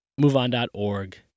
MoveOn.org